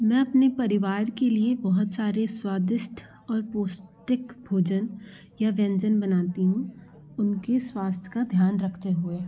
मैं अपने परिवार के लिए बहुत सारे स्वादिष्ट और पोष्टिक भोजन या व्यंजन बनती हूँ उनके स्वास्थ्य का ध्यान रखते हुए